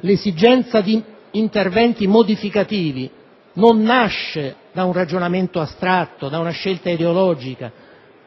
l'esigenza di interventi modificativi non nasce da un ragionamento astratto e da una scelta ideologica,